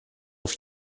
auf